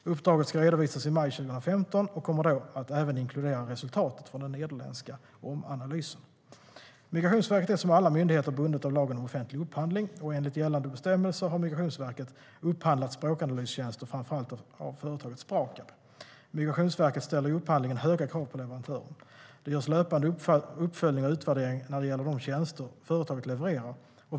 Uppdraget ska redovisas i maj 2015 och kommer då även att inkludera resultatet från den nederländska omanalysen. Migrationsverket är som alla myndigheter bundet av lagen om offentlig upphandling, och enligt gällande bestämmelser har Migrationsverket upphandlat språkanalystjänster framför allt av företaget Sprakab. Migrationsverket ställer i upphandlingen höga krav på leverantören. Det görs löpande uppföljning och utvärdering när det gäller de tjänster som företaget levererar.